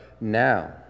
now